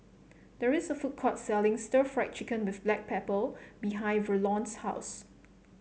there is a food court selling Stir Fried Chicken with Black Pepper behind Verlon's house